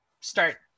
start